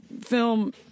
film